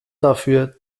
dafür